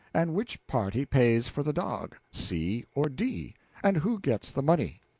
and which party pays for the dog, c or d, and who gets the money?